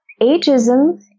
Ageism